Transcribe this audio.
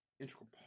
integral